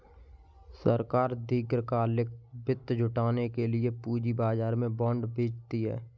सरकार दीर्घकालिक वित्त जुटाने के लिए पूंजी बाजार में बॉन्ड बेचती है